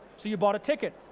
so you bought a ticket.